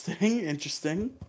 Interesting